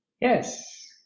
yes